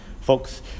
Folks